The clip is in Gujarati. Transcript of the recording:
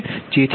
તે λ 78